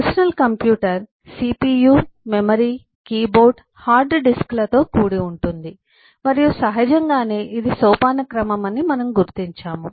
personal computer CPU memory keyboard hard డిస్క్లతో కూడి ఉంటుంది మరియు సహజంగానే ఇది సోపానక్రమం అని మనము గుర్తించాము